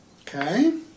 Okay